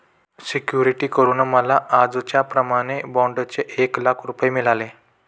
security करून मला आजच्याप्रमाणे बाँडचे एक लाख रुपये मिळाले